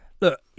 look